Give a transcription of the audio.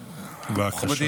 אלהואשלה, בבקשה.